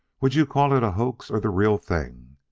would you call it a hoax or the real thing?